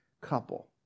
couple